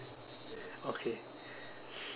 okay